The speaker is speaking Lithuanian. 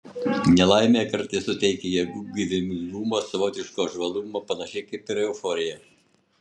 nelaimė kartais suteikia jėgų gyvybingumo savotiško žvalumo panašiai kaip ir euforija